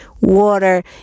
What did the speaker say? water